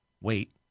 Wait